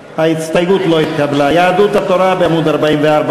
ההסתייגויות של קבוצת סיעת בל"ד לסעיף 07,